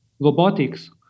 robotics